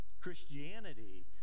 Christianity